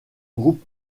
groupe